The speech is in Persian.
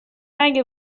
اگه